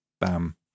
Bam